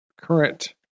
current